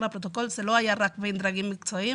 לפרוטוקול: זה לא היה רק בין דרגים מקצועיים,